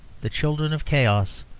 the children of chaos,